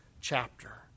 chapter